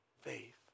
faith